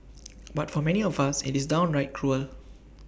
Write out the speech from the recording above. but for many of us IT is downright cruel